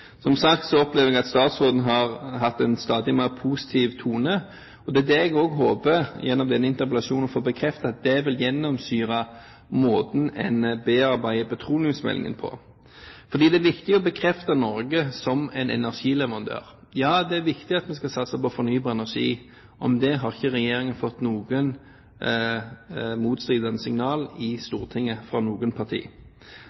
Som sagt opplever jeg at statsråden har hatt en stadig mer positiv tone. Det jeg gjennom denne interpellasjonen håper å få bekreftet, er at det vil gjennomsyre måten en bearbeider petroleumsmeldingen på. Det er viktig å bekrefte Norge som en energileverandør. Det er viktig å satse på fornybar energi. Det har ikke regjeringen fått noen motstridende signaler om fra noe parti i